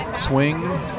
Swing